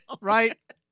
right